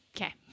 okay